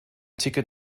ticket